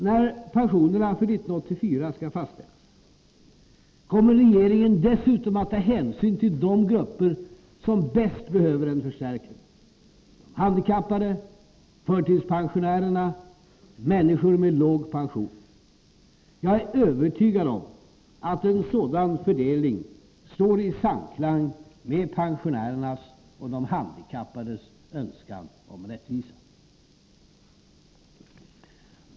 När pensionerna för 1984 skall fastställas kommer regeringen dessutom att ta hänsyn till de grupper som bäst behöver en förstärkning: handikappade, förtidspensionärer, människor med låg pension. Jag är övertygad om att en sådan fördelning står i samklang med pensionärernas och de handikappades önskan om rättvisa.